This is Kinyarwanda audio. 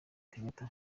kenyatta